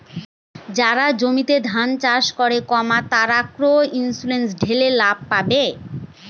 যারা জমিতে ধান চাষ করে, তারা ক্রপ ইন্সুরেন্স ঠেলে লাভ পাবে